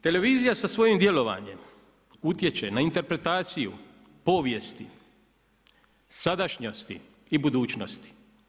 Televizija sa svojim djelovanjem utječe na interpretacije povijesti, sadašnjosti i budućnosti.